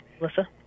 Melissa